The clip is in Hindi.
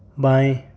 बाएँ